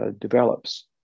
develops